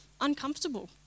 uncomfortable